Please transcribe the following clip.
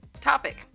Topic